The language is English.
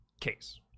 case